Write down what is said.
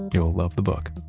you'll love the book